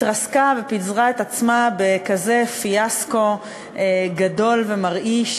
התרסקה ופיזרה את עצמה בכזה פיאסקו גדול ומרעיש